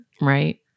right